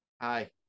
Hi